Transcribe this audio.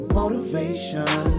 motivation